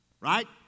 right